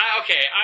okay